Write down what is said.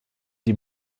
die